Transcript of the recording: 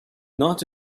not